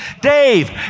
Dave